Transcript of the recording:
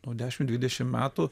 nu dešimt dvidešimt metų